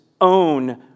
Own